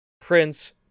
prince